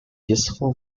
useful